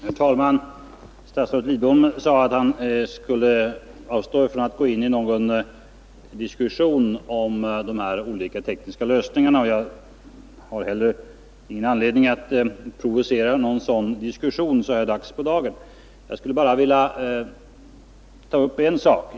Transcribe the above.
förhindra oskäliga Herr talman! Statsrådet Lidbom sade att han skulle avstå från att gå hyreshöjningar, in i någon diskussion om de olika tekniska lösningarna. Jag har heller 2. M. ingen anledning att provocera fram en sådan diskussion så här dags; jag skulle bara vilja ta upp en sak.